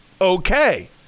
okay